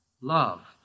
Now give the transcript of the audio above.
love